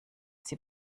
sie